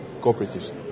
cooperatives